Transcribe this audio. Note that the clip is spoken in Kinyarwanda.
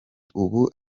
ubu